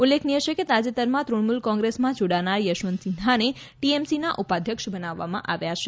ઉલ્લેખનીય છે કે તાજેતરમાં તુણમૂલ કોંગ્રેસમાં જોડાનાર યશવંતસિંહાને ટીએમસીના ઉપાધ્યક્ષ બનાવવામાં આવ્યા છે